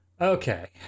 Okay